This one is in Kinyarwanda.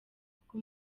kuko